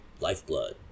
Lifeblood